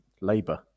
labour